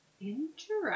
Interesting